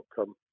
outcome